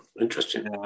Interesting